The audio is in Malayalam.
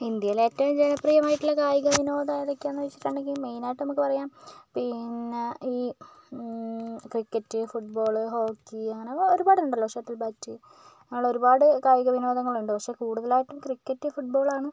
ഇന്ത്യയിലെ ഏറ്റവും ജനപ്രിയമായിട്ടുള്ള കായിക വിനോദം എതൊക്കെയാണെന്നു ചോദിച്ചിട്ടുണ്ടെങ്കിൽ മെയിനായിട്ട് നമുക്ക് പറയാം പിന്നെ ഈ ക്രിക്കറ്റ് ഫുട് ബോൾ ഹോക്കി അങ്ങനെ ഒരുപാട് ഉണ്ടല്ലോ ഷട്ടിൽ ബാറ്റ് അങ്ങനെ ഒരുപാട് കായിക വിനോദങ്ങൾ ഉണ്ട് പക്ഷേ കൂടുതലായിട്ടും ക്രിക്കറ്റ് ഫുട് ബോൾ ആണ്